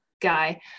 guy